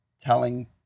telling